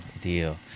deal